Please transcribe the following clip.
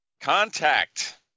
Contact